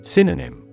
Synonym